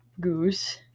Goose